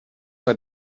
sei